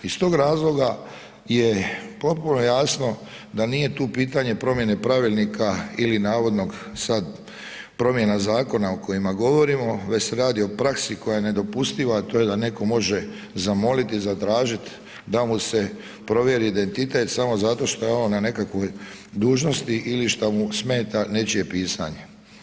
I stog razloga je potpuno jasno da nije tu pitanje promjene pravilnika ili navodnog sad promjena zakona o kojima govorimo već se radi o praksi koja je nedopustiva, a to je da netko može zamoliti i zatražit da mu se provjeri identitet samo zato što je on na nekakvoj dužnosti ili što mu smeta nečije pisanje.